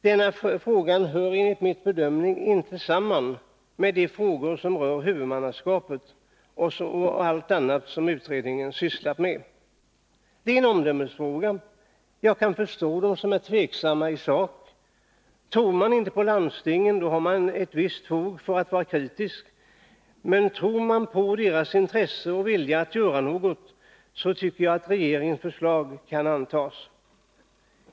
Denna fråga hör enligt min bedömning inte samman med de frågor som rör huvudmannaskapet och allt annat som utredningen har sysslat med. Det är en omdömesfråga. Jag kan förstå dem som är tveksamma i sak. Tror man inte på landstingen, då har man ett visst fog för att vara kritisk. Men tror man på deras intresse och vilja att göra något, då tycker jag att regeringens förslag kan antas.